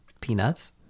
Peanuts